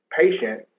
patient